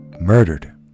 murdered